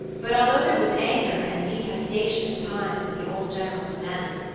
but although there was anger and detestation, at times, in the old general's manner,